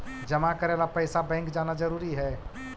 जमा करे ला पैसा बैंक जाना जरूरी है?